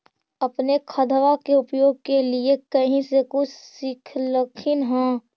अपने खादबा के उपयोग के लीये कही से कुछ सिखलखिन हाँ?